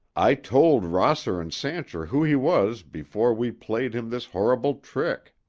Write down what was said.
i told rosser and sancher who he was before we played him this horrible trick.